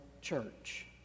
church